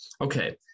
Okay